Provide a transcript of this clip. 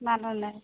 মানুহ নাই